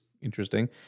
interesting